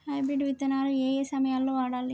Hybrid విత్తనాలు ఏయే సమయాల్లో వాడాలి?